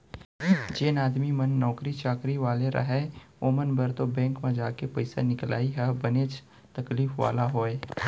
जेन आदमी मन नौकरी चाकरी वाले रहय ओमन बर तो बेंक म जाके पइसा निकलाई ह बनेच तकलीफ वाला होय